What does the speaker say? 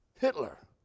Hitler